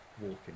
walking